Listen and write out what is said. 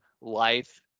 life